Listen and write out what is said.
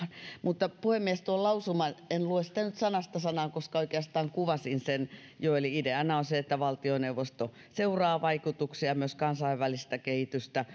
puhemies tuosta lausumasta en lue sitä nyt sanasta sanaan koska oikeastaan kuvasin sen jo eli ideana on se että valtioneuvosto seuraa vaikutuksia myös kansainvälistä kehitystä